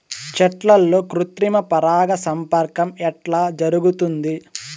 చెట్లల్లో కృత్రిమ పరాగ సంపర్కం ఎట్లా జరుగుతుంది?